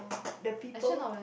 the people